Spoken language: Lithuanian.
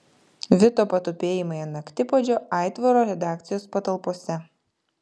vito patupėjimai ant naktipuodžio aitvaro redakcijos patalpose